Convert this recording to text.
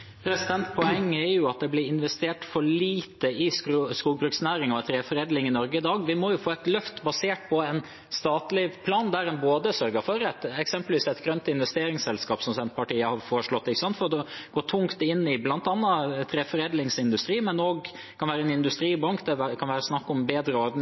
Poenget er at det blir investert for lite i skogbruksnæringen og treforedlingen i Norge i dag. Vi må få et løft basert på en statlig plan, der en eksempelvis sørger for et grønt investeringsselskap, som Senterpartiet har foreslått, for å gå tungt inn i bl.a. treforedlingsindustri, men det kan også være en industribank, det kan være snakk om bedre